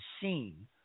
seen